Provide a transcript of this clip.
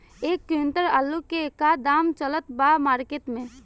एक क्विंटल आलू के का दाम चलत बा मार्केट मे?